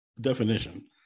definition